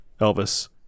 Elvis